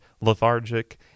lethargic